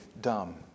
dumb